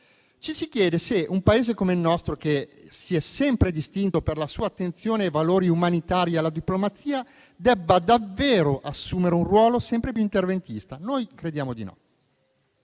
Ci si chiede se un Paese come il nostro, che si è sempre distinto per la sua attenzione ai valori umanitari e alla diplomazia, debba davvero assumere un ruolo sempre più interventista. Noi crediamo di no.